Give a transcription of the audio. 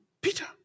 Peter